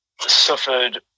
suffered